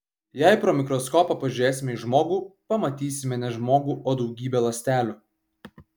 jei pro mikroskopą pažiūrėsime į žmogų pamatysime ne žmogų o daugybę ląstelių